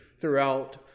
throughout